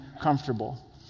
comfortable